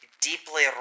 deeply